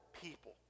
people